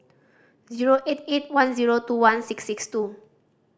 zero eight eight one zero two one six six two